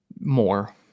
more